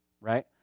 right